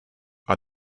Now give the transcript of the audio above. are